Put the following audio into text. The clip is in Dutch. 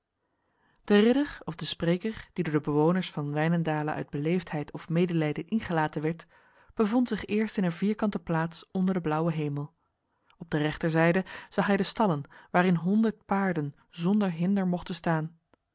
de ridder of de spreker die door de bewoners van wijnendale uit beleefdheid of medelijden ingelaten werd bevond zich eerst in een vierkante plaats onder de blauwe hemel op de rechterzijde zag hij de stallen waarin honderd paarden zonder hinder mochten staan